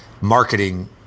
marketing